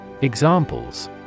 Examples